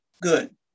Good